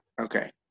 Okay